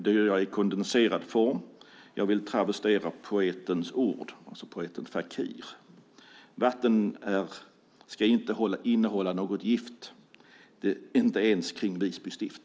Det gör jag i kondenserad form genom att travestera poeten Fakirs ord: Vatten ska inte innehålla något gift, inte ens kring Visby stift.